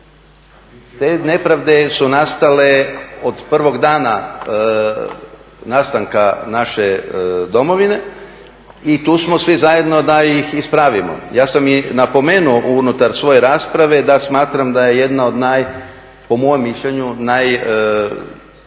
Te nepravde su nastale od prvog dana nastanka naše domovine i tu smo svi zajedno da ih ispravimo. Ja sam i napomenuo unutar svoje rasprave da smatram da je jedna od, po mom mišljenju, najvrjednijih